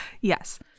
Yes